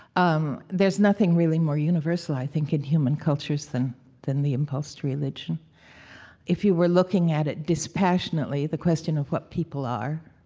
um there's nothing really more universal, i think, in human cultures than than the impulse to religion if you were looking at it dispassionately, the question of what people are,